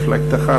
מפלגתך,